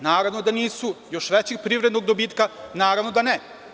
Naravno da nisu, još većeg privrednog dobitka, naravno da ne.